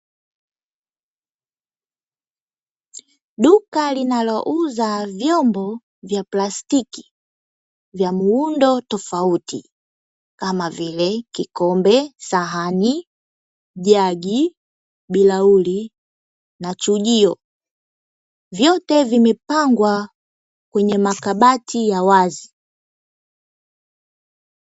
Duka linalouza vyombo vya plastiki vya muundo tofauti, kama vile: kikombe, sahani, jagi, bilauri na chujio, vyote vimepangwa kwenye makabati ya wazi.